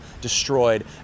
destroyed